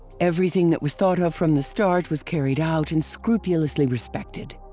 everything that was thought of from the start was carried out and scrupulously respected.